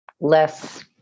less